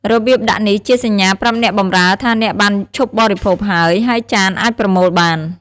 របៀបដាក់នេះជាសញ្ញាប្រាប់អ្នកបម្រើថាអ្នកបានឈប់បរិភោគហើយ ហើយចានអាចប្រមូលបាន។